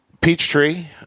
Peachtree